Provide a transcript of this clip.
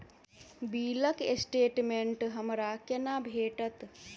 बिलक स्टेटमेंट हमरा केना भेटत?